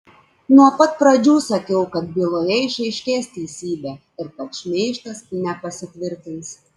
nuo pat pradžių sakiau kad byloje išaiškės teisybė ir kad šmeižtas nepasitvirtins